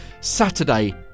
Saturday